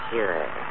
Sure